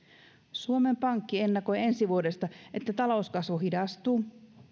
suomen pankki ennakoi ensi vuodesta että talouskasvu hidastuu